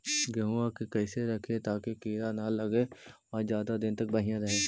गेहुआ के कैसे रखिये ताकी कीड़ा न लगै और ज्यादा दिन तक बढ़िया रहै?